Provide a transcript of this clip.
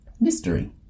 mystery